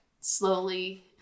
slowly